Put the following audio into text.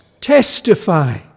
testify